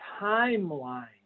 timeline